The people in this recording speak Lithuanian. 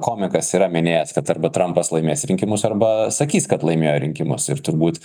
komikas yra minėjęs kad arba trampas laimės rinkimus arba sakys kad laimėjo rinkimus ir turbūt